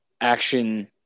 action